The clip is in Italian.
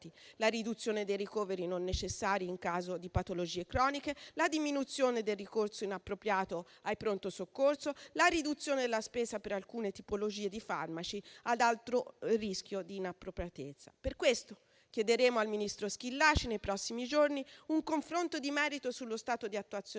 la riduzione dei ricoveri non necessari in caso di patologie croniche, la diminuzione del ricorso inappropriato ai pronto soccorso, la riduzione della spesa per alcune tipologie di farmaci ad alto rischio di inappropriatezza. Per questo nei prossimi giorni chiederemo al ministro Schillaci un confronto di merito sullo stato di attuazione